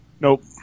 nope